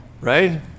right